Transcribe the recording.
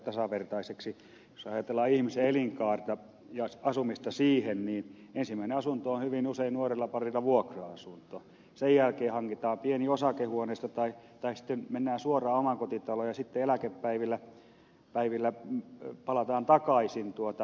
jos ajatellaan ihmisen elinkaarta ja asumista siinä niin ensimmäinen asunto on hyvin usein nuorellaparilla vuokra asunto sen jälkeen hankitaan pieni osakehuoneisto tai sitten mennään suoraan omakotitaloon ja sitten eläkepäivillä palataan takaisin osakehuoneistoon